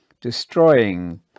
destroying